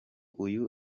uyu